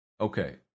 Okay